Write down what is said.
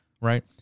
right